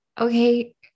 Okay